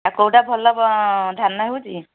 ଆଉ କେଉଁଟା ଭଲ ବ ଧାନ ହେଉଛି